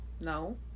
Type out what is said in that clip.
No